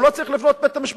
הוא לא צריך לפנות לבית-המשפט,